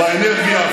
באנרגיה,